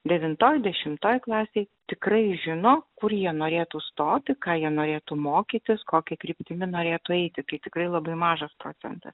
devintoj dešimtoj klasėj tikrai žino kur jie norėtų stoti ką jie norėtų mokytis kokia kryptimi norėtų eiti kai tikrai labai mažas procentas